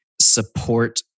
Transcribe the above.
support